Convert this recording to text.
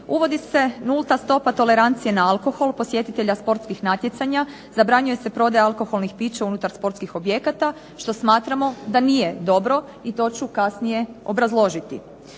Uvodi se nulta stopa tolerancije na alkohol posjetitelja sportskih natjecanja, zabranjuje se prodaja alkoholnih pića unutar sportskih objekata što smatramo da nije dobro i to ću kasnije obrazložiti.